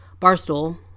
Barstool